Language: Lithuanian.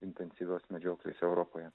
intensyvios medžioklės europoje